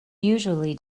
usually